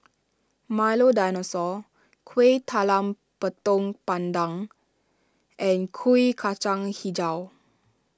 Milo Dinosaur Kueh Talam Tepong Pandan and Kuih Kacang HiJau